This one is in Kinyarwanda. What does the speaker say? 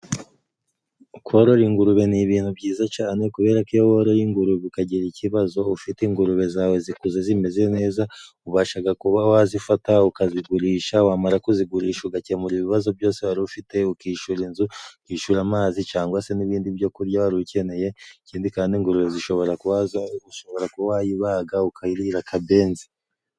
Korora ingurube ni ibintu byiza cane, kubera ko iyo woroye ingurube ukagira ikibazo ufite ingurube zawe zikuze zimeze neza, ubashaga kuba wazifata ukazigurisha, wamara kuzigurisha ugakemura ibibazo byose wari ufite, ukishura inzu, ukishura amazi, cangwa se n'ibindi byo kurya wari ukeneye. Ikindi kandi ingurube zishobora kuba, ushobora kuba wayibaga ukirira akabenzi.